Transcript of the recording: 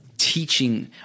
teaching